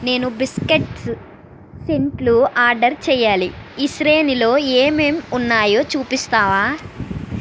నేను బిస్కెట్స్ సెంట్లు ఆర్డర్ చేయాలి ఈ శ్రేణిలో ఏమేం ఉన్నాయో చూపిస్తావా